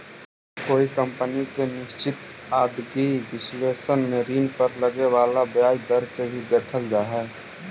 कोई कंपनी के निश्चित आदाएगी विश्लेषण में ऋण पर लगे वाला ब्याज दर के भी देखल जा हई